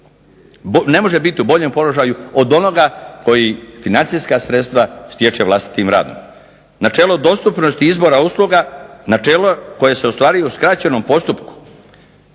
ne može biti u boljem položaju od onoga koji financijska sredstva stječe vlastitim radom. Načelo dostupnosti izbora usluga, načelo koje se ostvaruje u skraćenom postupku.